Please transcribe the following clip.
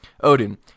odin